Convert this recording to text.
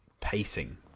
pacing